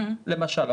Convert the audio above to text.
למשל,